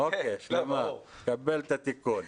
שלמה, שלמה, אוקיי, מקבל את התיקון.